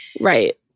right